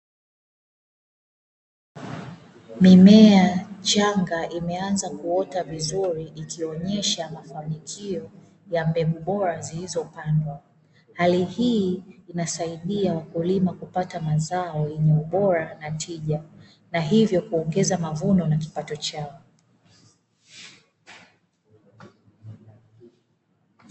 Mimea changa, imeanza kuota vizuri ikionesha mafanikio ya mbegu bora zilizopandwa, hali hii inasaidia wakulima kupata mazao yenye ubora na tija na hivyo kuongeza mavuno na kipato chao.